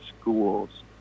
schools